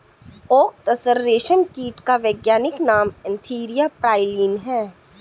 okay तसर रेशम कीट का वैज्ञानिक नाम एन्थीरिया प्राइलीन है